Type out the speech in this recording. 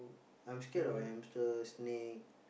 I'm scared of hamster snake